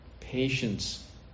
Patience